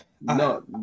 No